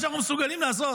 זה מה שאנחנו מסוגלים לעשות,